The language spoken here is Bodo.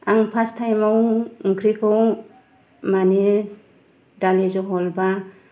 आं फार्स्त टाइमाव ओंख्रिखौ माने दालि जहल बा